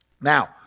Now